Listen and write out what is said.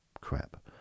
crap